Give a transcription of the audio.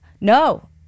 no